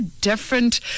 different